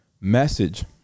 message